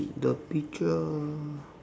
the picture